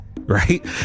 right